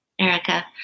Erica